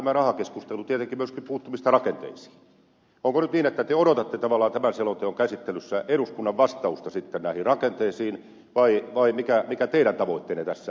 onko nyt niin että te odotatte tavallaan tämän selonteon käsittelyssä eduskunnan vastausta sitten näihin rakenteisiin vai mikä teidän tavoitteenne tässä kysymyksessä on